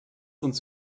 uns